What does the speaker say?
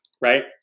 right